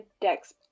dex